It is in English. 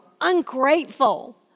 ungrateful